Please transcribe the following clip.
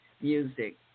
music